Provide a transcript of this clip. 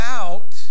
out